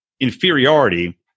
inferiority